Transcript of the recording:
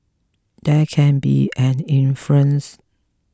there can be an influence